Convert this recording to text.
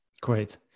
Great